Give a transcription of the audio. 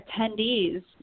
attendees